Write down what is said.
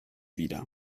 wieder